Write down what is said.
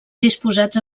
disposats